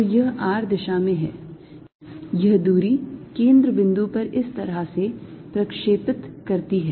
तो यह r दिशा में है यह दूरी केंद्र बिंदु पर इस तरह से प्रक्षेपित करती है